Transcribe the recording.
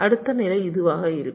அடுத்த நிலை இதுவாக இருக்கும்